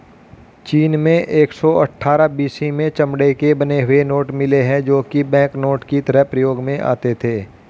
चीन में एक सौ अठ्ठारह बी.सी में चमड़े के बने हुए नोट मिले है जो की बैंकनोट की तरह प्रयोग में आते थे